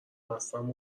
بستم